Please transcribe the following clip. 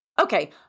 Okay